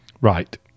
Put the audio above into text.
Right